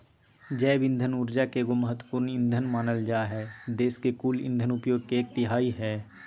जैव इंधन ऊर्जा के एक महत्त्वपूर्ण ईंधन मानल जा हई देश के कुल इंधन उपयोग के एक तिहाई हई